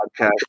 podcast